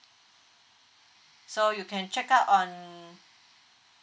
so you can check out on